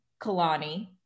Kalani